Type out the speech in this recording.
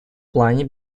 плане